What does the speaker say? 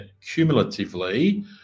cumulatively